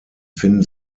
finden